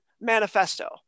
Manifesto